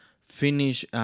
finish